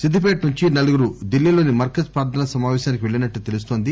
సిద్దిపేట నుంచి నలుగురు డిల్లీలోని మర్కజ్ ప్రార్థనా సమాపేశానికి పెల్లినట్లు తెలుస్తోంది